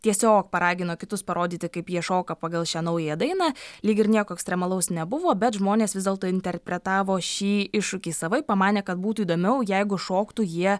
tiesiog paragino kitus parodyti kaip jie šoka pagal šią naują dainą lyg ir nieko ekstremalaus nebuvo bet žmonės vis dėlto interpretavo šį iššūkį savaip pamanė kad būtų įdomiau jeigu šoktų jie